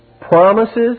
promises